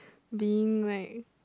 being like